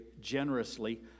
generously